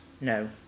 No